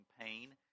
pain